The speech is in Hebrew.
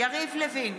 יריב לוין,